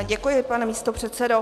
Děkuji, pane místopředsedo.